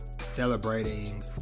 celebrating